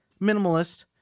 Minimalist